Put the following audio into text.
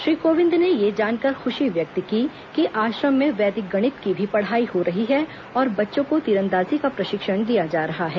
श्री कोविंद ने यह जानकर खुशी व्यक्त की कि आश्रम में वैदिक गणित की भी पढ़ाई हो रही है और बच्चों को तीरंदाजी का प्रशिक्षण दिया जा रहा है